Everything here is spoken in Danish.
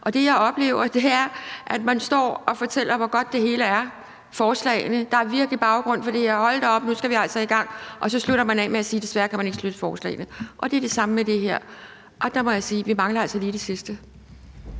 og det, jeg oplever, er, at man står og fortæller, hvor godt det hele er med forslagene, og at der virkelig er baggrund for det, og hold da op, nu skal vi altså i gang, og så slutter man af med at sige, at man desværre ikke kan støtte forslagene. Det er det samme med det her. Der må jeg sige, at vi altså lige mangler det sidste.